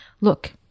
Look